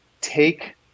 take